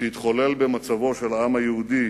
שהתחולל במצבו של העם היהודי